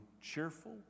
cheerful